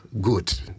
good